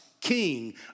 king